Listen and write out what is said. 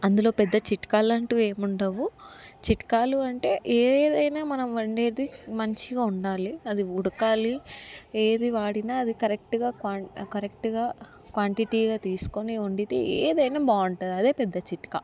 అందులో పెద్ద చిట్కాలు అంటూ ఏమి ఉండవు చిట్కాలు అంటే ఏదైనా మనం వండేది మంచిగా ఉండాలి అది ఉడకాలి ఏది వాడినా అది కరెక్ట్గా క్వాం కరెక్ట్గా క్వాంటిటీగా తీసుకొని వండితే ఏదైనా బాగుంటుంది అదే పెద్ద చిట్కా